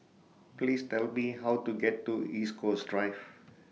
Please Tell Me How to get to East Coast Drive